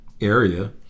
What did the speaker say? area